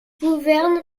gouverne